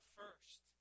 first